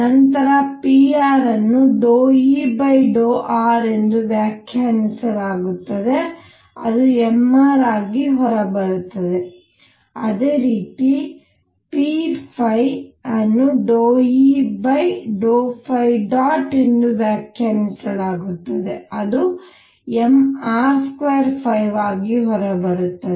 ನಂತರ pr ಅನ್ನು ∂E ∂r ಎಂದು ವ್ಯಾಖ್ಯಾನಿಸಲಾಗುತ್ತದೆ ಅದು mr ಆಗಿ ಹೊರಬರುತ್ತದೆ ̇ ಅದೇ ರೀತಿ p ಅನ್ನು ∂E ∂̇ ಎಂದು ವ್ಯಾಖ್ಯಾನಿಸಲಾಗುತ್ತದೆ ಅದು mr2ϕ ಆಗಿ ಹೊರಬರುತ್ತದೆ